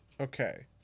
Okay